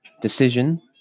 decision